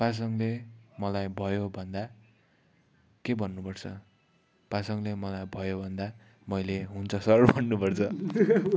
पासाङले मलाई भयो भन्दा के भन्नुपर्छ पासाङले मलाई भयो भन्दा मैले हुन्छ सर भन्नु पर्छ